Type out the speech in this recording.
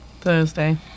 Thursday